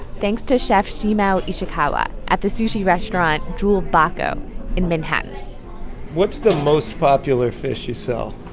thanks to chef shimao ishikawa at the sushi restaurant jewel bako in manhattan what's the most popular fish you sell?